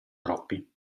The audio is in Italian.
troppi